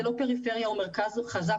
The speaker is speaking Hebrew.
זה לא עניין של פריפריה מול מרכז או חזק